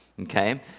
Okay